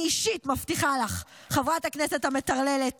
אני אישית מבטיחה לך, חברת הכנסת המטרללת